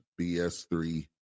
BS3